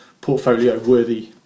portfolio-worthy